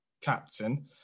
captain